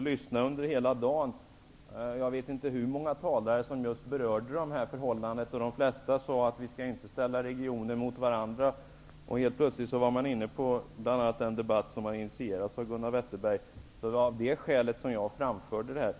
lyssnat på debatten hela dagen. Jag vet inte hur många talare som berört just dessa förhållanden. De flesta sade att vi inte skall ställa regionerna mot varandra. Helt plötsligt var man inne på den debatt som initierades av Gunnar Wetterberg. Av det skälet framförde jag mina synpunkter.